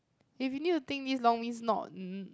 if you need to think this long means not m~